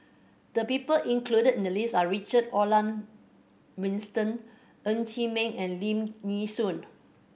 the people included in the list are Richard Olaf Winstedt Ng Chee Meng and Lim Nee Soon